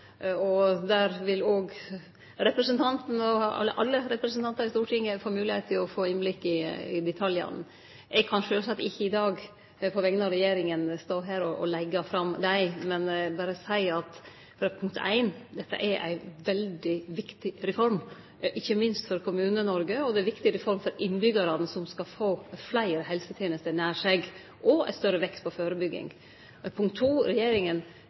Der vil òg representanten Bekkevold og alle representantar i Stortinget få moglegheit til å få innblikk i detaljane. Eg kan sjølvsagt ikkje i dag på vegner av regjeringa stå her og leggje fram dei, men berre seie: Dette er ei veldig viktig reform, ikkje minst for Kommune-Noreg. Det er ei viktig reform for innbyggjarane som skal få fleire helsetenester nær seg, og det vert lagt større vekt på førebygging.